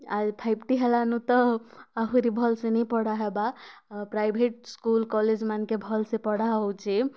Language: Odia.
ଆ ଫାଇପ୍ ଟି ହେଲାନୁ ତ ଆହୁରି ଭଲ ସେ ନାଇଁ ପଢ଼ା ହେବା ଅ ପ୍ରାଇଭେଟ୍ ସ୍କୁଲ୍ କଲେଜ୍ମାନକେ ଭଲସେ ପଢ଼ା ହେଉଛେ